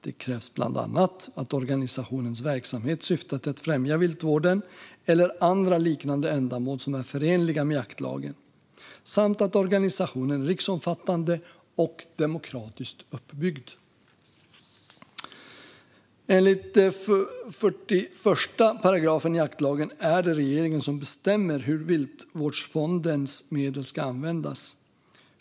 Det krävs bland annat att organisationens verksamhet syftar till att främja viltvården eller andra liknande ändamål som är förenliga med jaktlagen samt att organisationen är riksomfattande och demokratiskt uppbyggd. Enligt 41 § jaktlagen är det regeringen som bestämmer hur Viltvårdsfondens medel ska användas.